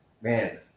man